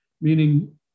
meaning